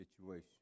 situation